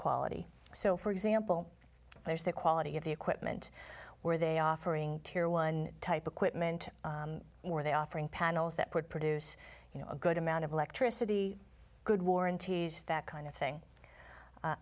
quality so for example there's the quality of the equipment where they offering to or one type equipment where they offering panels that would produce you know a good amount of electricity good warranties that kind of thing